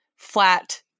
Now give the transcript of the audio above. Flat